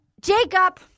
Jacob